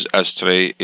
astray